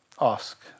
ask